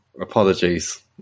Apologies